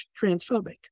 transphobic